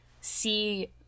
see